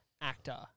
actor